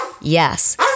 Yes